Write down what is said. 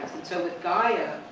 so with gaiam.